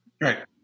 right